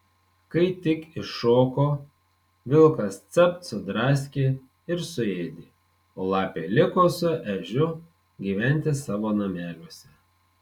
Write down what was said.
kai tik iššoko vilkas capt sudraskė ir suėdė o lapė liko su ežiu gyventi savo nameliuose